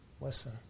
listen